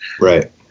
right